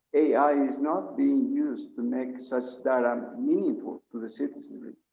ai is not being used to make such data um meaningful to the citizenry.